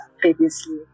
previously